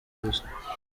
gusa